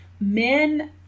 men